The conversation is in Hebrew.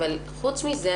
אבל חוץ מזה,